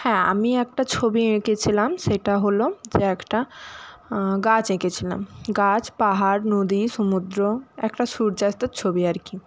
হ্যাঁ আমি একটা ছবি এঁকেছিলাম সেটা হল যে একটা গাছ এঁকেছিলাম গাছ পাহাড় নদী সমুদ্র একটা সূর্যাস্তের ছবি আর কি